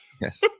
yes